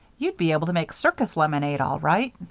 you'd be able to make circus lemonade all right.